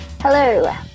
Hello